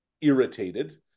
irritated